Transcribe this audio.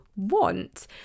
want